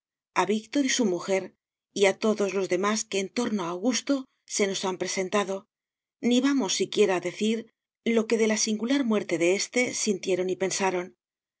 víctor y su mujer y a todos los demás que en torno a augusto se nos han presentado ni vamos siquiera a decir lo que de la singular muerte de éste sintieron y pensaron